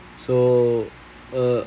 so uh